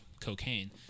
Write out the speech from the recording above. cocaine